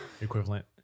Equivalent